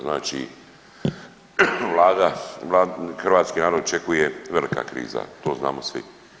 Znači vlada, hrvatski narod očekuje velika kriza to znamo svi.